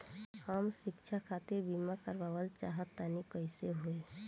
हम शिक्षा खातिर बीमा करावल चाहऽ तनि कइसे होई?